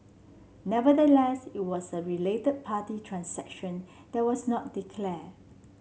nevertheless it was a related party transaction there was not declare